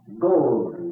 gold